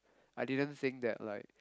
I didn't think that like